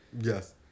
yes